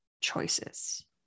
choices